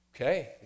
Okay